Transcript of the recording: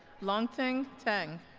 longteng tang